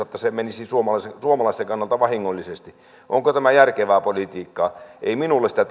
että se menisi suomalaisten kannalta vahingollisesti onko tämä järkevää politiikkaa ei teidän tarvitse sitä